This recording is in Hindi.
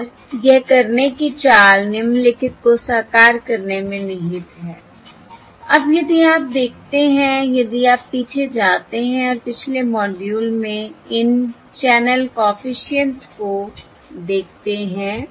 और यह करने की चाल निम्नलिखित को साकार करने में निहित है अब यदि आप देखते हैं यदि आप पीछे जाते हैं और पिछले मॉड्यूल में इन चैनल कॉफिशिएंट्स को देखते हैं